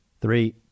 Three